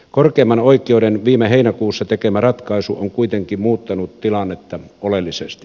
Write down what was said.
korkeimman oikeuden viime heinäkuussa tekemä ratkaisu on kuitenkin muuttanut tilannetta oleellisesti